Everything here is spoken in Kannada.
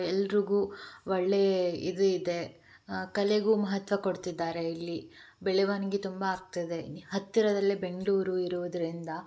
ಎಲ್ಲರಿಗು ಒಳ್ಳೆಯ ಇದು ಇದೆ ಕಲೆಗೂ ಮಹತ್ವ ಕೊಡ್ತಿದ್ದಾರೆ ಇಲ್ಲಿ ಬೆಳವಣಿಗೆ ತುಂಬ ಆಗ್ತಿದೆ ಹತ್ತಿರದಲ್ಲೇ ಬೆಂಗಳೂರು ಇರುವುದರಿಂದ